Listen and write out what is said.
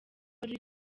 ari